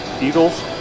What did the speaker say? Eagles